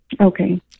Okay